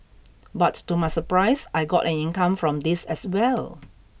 but to my surprise I got an income from this as well